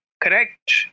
correct